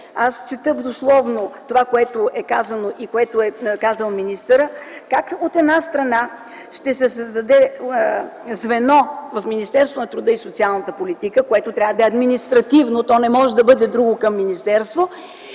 Чета дословно това, което е казано и което е казал министърът - как, от една страна, ще се създаде звено в Министерството на труда и социалната политика, което трябва да е административно, то не може да бъде друго към министерство,